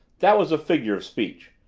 that was a figure of speech.